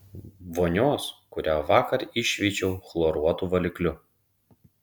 vonios kurią vakar iššveičiau chloruotu valikliu